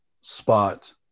spot